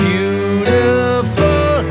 Beautiful